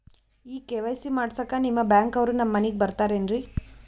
ಈ ಕೆ.ವೈ.ಸಿ ಮಾಡಸಕ್ಕ ನಿಮ ಬ್ಯಾಂಕ ಅವ್ರು ನಮ್ ಮನಿಗ ಬರತಾರೆನ್ರಿ?